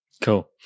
Cool